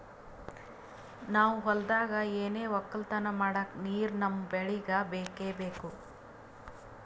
ನಾವ್ ಹೊಲ್ದಾಗ್ ಏನೆ ವಕ್ಕಲತನ ಮಾಡಕ್ ನೀರ್ ನಮ್ ಬೆಳಿಗ್ ಬೇಕೆ ಬೇಕು